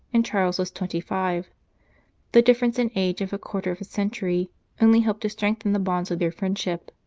and charles was twenty-five the difference in age of a quarter of a century only helped to strengthen the bonds of their friendship.